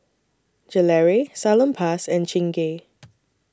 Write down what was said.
Gelare Salonpas and Chingay